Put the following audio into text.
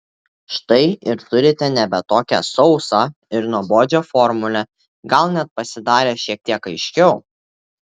štai ir turite nebe tokią sausą ir nuobodžią formulę gal net pasidarė šiek tiek aiškiau